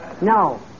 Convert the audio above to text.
No